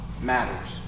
matters